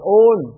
own